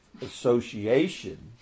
association